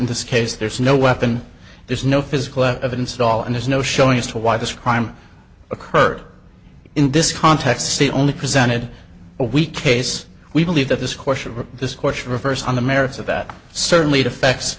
in this case there's no weapon there's no physical evidence at all and there's no showing as to why this crime occurred in this context see only presented a weak case we believe that this question this question refers on the merits of that certainly affects